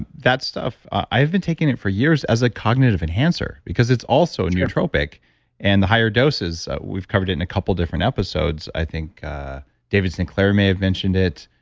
that stuff, i've been taking it for years as a cognitive enhancer because it's also a nootropic and the higher doses, we've covered it in a couple of different episodes, i think a david sinclair may have mentioned it,